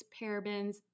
parabens